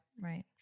Right